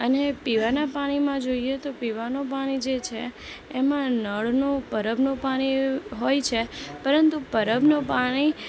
અને પીવાના પાણીમાં જોઈએ તો પીવાનું પાણી જે છે એમાં નળનું પરબનું પાણી હોય છે પરંતુ પરબનું પાણી